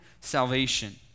salvation